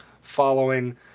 following